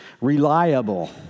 Reliable